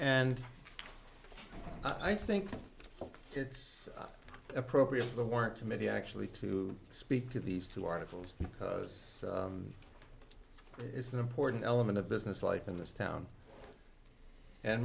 and i think it's appropriate for the work committee actually to speak to these two articles because it's an important element of business life in this town and